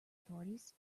authorities